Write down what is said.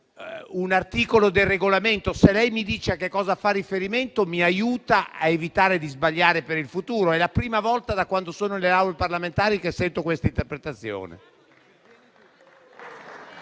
un articolo del Regolamento? Se lei mi dice a che cosa fa riferimento, mi aiuta a evitare di sbagliare per il futuro, perché è la prima volta da quando sono nelle Aule parlamentari che sento questa interpretazione.